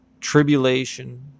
tribulation